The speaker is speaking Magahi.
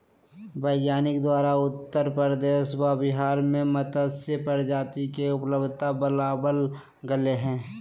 वैज्ञानिक द्वारा उत्तर प्रदेश व बिहार में मत्स्य प्रजाति के उपलब्धता बताबल गले हें